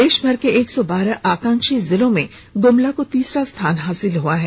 देशभर के एक सौ बारह आकांक्षी जिलों में गुमला को तीसरा स्थान मिला है